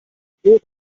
brot